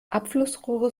abflussrohre